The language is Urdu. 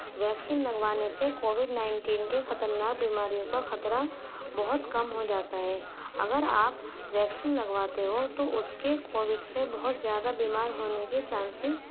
ویکیسن لگوانے سے کووڈ نائنٹین کے خطرناک بیماریوں کا خطرہ بہت کم ہو جاتا ہے اگر آپ ویکسین لگواتے ہو تو اس کے کووڈ سے بہت زیادہ بیمار ہونے کے چانسز